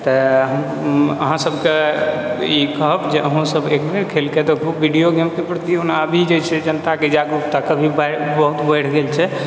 तऽ अहाँ सबके ई कहब जे अहूँ सब एकबेर खेलकए देखू वीडिओ गेमके प्रति ओना अभी जे छै जनताके जागरूकता अभी बहुत बढ़ि गेल छै